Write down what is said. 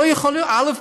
לא יכול להיות, א.